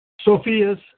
Sophia's